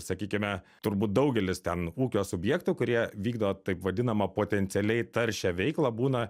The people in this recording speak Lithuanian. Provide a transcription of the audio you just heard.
sakykime turbūt daugelis ten ūkio subjektų kurie vykdo taip vadinamą potencialiai taršią veiklą būna